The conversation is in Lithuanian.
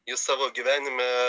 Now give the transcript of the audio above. jis savo gyvenime